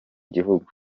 gihugu